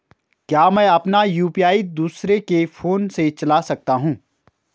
क्या मैं अपना यु.पी.आई दूसरे के फोन से चला सकता हूँ?